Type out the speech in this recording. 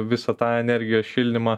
visą tą energijos šildymą